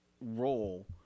role